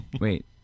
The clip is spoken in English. Wait